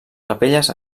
capelles